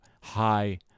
high